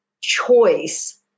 choice